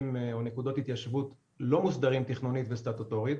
או נקודות התיישבות לא מוסדרות תכנונית וסטטוטורית,